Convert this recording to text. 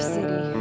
City